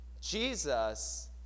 Jesus